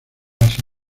asia